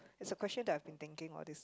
it's a question that I've been thinking all this